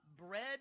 bread